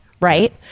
right